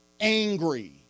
angry